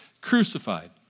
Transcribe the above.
crucified